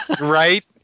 Right